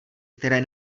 které